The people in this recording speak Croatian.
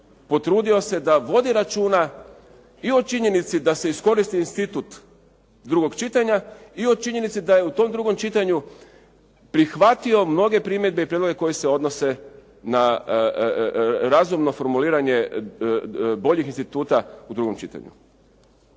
potrudio se da vodi računa i o činjenici da se iskoristi institut drugog čitanja i o činjenici da je u tom drugom čitanju prihvatio mnoge primjedbe i prijedloge koji se odnose na razumno formuliranje boljih instituta u drugom čitanju.